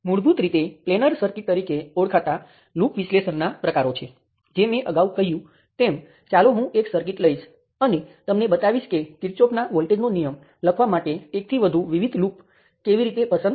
જો તમારી પાસે કરંટ સ્ત્રોત પાસે નિયંત્રિત વોલ્ટેજ હોય તો તમારે તે વોલ્ટેજ ડ્રોપ માટે સહાયક ચલ રજૂ કરવો પડશે